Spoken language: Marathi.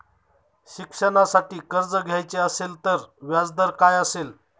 शिक्षणासाठी कर्ज घ्यायचे असेल तर व्याजदर काय असेल?